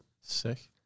sick